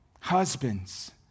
Husbands